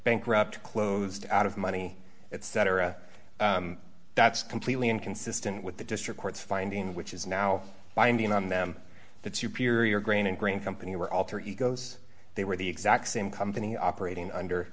bankrupt closed out of money etc that's completely inconsistent with the district court's finding which is now binding on them that superior green and green company were alter egos they were the exact same company operating under